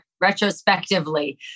retrospectively